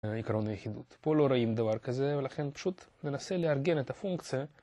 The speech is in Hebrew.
עקרון היחידות פה לא רואים דבר כזה ולכן פשוט ננסה לארגן את הפונקציה